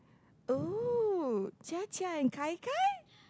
oh Jia-Jia and kai kai